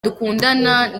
dukundana